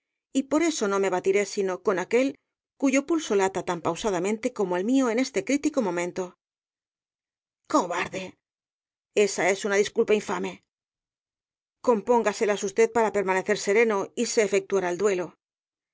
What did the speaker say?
y por eso no me batiré sino con aquel cuyo pulso lata tan pausadamente como el mío en este crítico momento cobarde esa es una disculpa infame compóngaselas usted para permanecer sereno y se efectuará el duelo